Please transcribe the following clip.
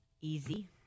easy